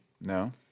No